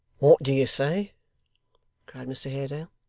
what do you say cried mr haredale.